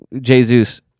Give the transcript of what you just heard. Jesus